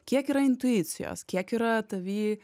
kiek yra intuicijos kiek yra tavy